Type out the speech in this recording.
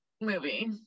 movie